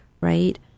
right